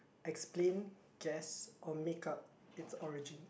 explain guess or make up its origin